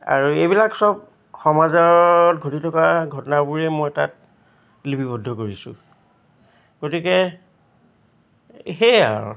আৰু এইবিলাক সব সমাজত ঘটি থকা ঘটনাবোৰে মই তাত লিপিবদ্ধ কৰিছোঁ গতিকে সেয়াই আৰু